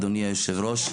אדוני היושב-ראש,